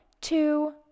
two